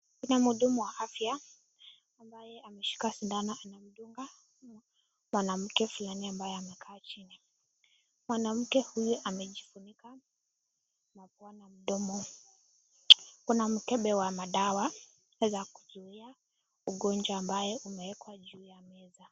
Huyu ni mhudu wa afya , ameshika shindano huku akimdunga mwanamke ambaye amelala chini . Mwanamke huyu amejifunika mapua na mdomo . Kuna madaww za kutumia za mgonjwa ambazo zimeeekwa juu ya meza.